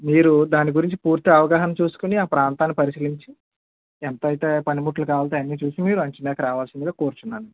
మీరు దాని గురించి పూర్తి అవగాహన చూసుకొని ఆ ప్రాంతాన్ని పరిశీలించి ఎంతయితే పనిముట్లు కావల్తాయి అన్నీ చూసి మీరు అంచనాకి రావాల్సిందిగా కోరుచున్నాను